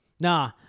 Nah